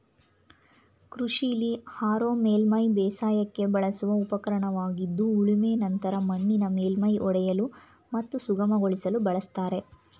ಕೃಷಿಲಿ ಹಾರೋ ಮೇಲ್ಮೈ ಬೇಸಾಯಕ್ಕೆ ಬಳಸುವ ಉಪಕರಣವಾಗಿದ್ದು ಉಳುಮೆ ನಂತರ ಮಣ್ಣಿನ ಮೇಲ್ಮೈ ಒಡೆಯಲು ಮತ್ತು ಸುಗಮಗೊಳಿಸಲು ಬಳಸ್ತಾರೆ